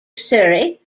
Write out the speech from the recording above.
surrey